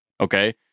Okay